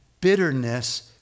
bitterness